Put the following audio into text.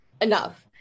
enough